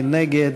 מי נגד?